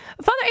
Father